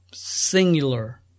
singular